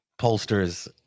pollsters